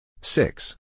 Six